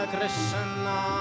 Krishna